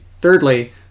thirdly